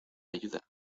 ayuda